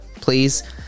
please